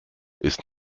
ist